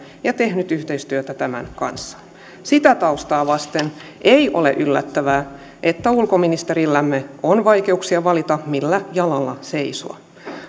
ja tehnyt yhteistyötä tämän kanssa sitä taustaa vasten ei ole yllättävää että ulkoministerillämme on vaikeuksia valita millä jalalla seisoa